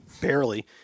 barely